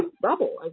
bubble